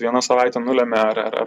viena savaitė nulemia ar ar